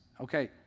okay